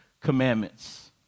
commandments